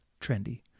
trendy